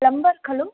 plumber खलु